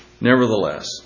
nevertheless